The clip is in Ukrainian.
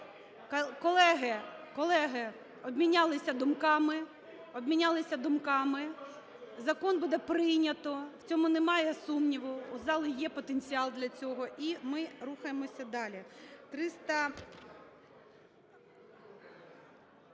думками… Обмінялися думками. Закон буде прийнято, в цьому немає сумніву, у зали є потенціал для цього. І ми рухаємося далі.